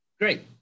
Great